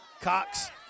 Cox